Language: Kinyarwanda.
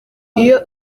iyo